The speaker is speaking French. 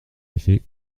effet